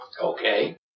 Okay